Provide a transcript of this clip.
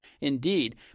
Indeed